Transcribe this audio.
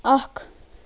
اکھ